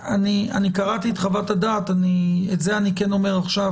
אני קראתי את חוות הדעת ואת זה אני כן אומר עכשיו,